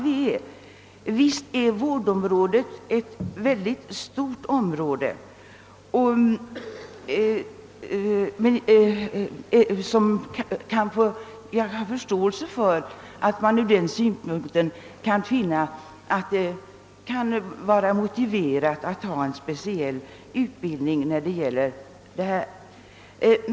Visst är vårdområdet ett mycket stort område, och jag hyser förståelse för att man ur den synpunkten kan finna det motiverat med en speciell utbildning.